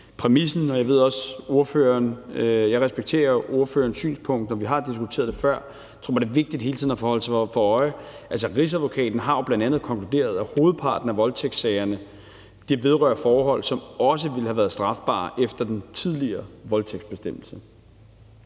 præmissen – jeg respekterer jo ordførerens synspunkt, og vi har diskuteret det før – også sige, at det er vigtigt hele tiden at holde sig for øje, at Rigsadvokaten jo bl.a. har konkluderet, at hovedparten af voldtægtssagerne vedrører forhold, som også ville have været strafbare efter den tidligere voldtægtsbestemmelse.